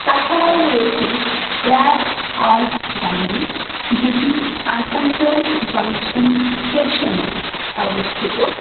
তাছাড়াও রয়েছে scrap art gallery যেটি আসানসোল জাঙ্কসান স্টেশানে অবস্থিত